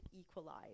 equalize